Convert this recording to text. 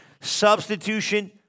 Substitution